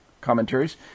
commentaries